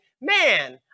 man